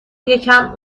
یکم